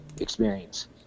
experience